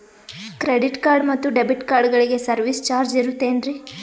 Credit card ಮತ್ತು debit ಕಾರ್ಡಗಳಿಗೆ service charge ಇರುತೇನ್ರಿ?